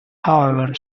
however